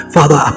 Father